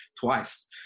twice